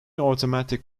automatic